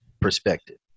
perspective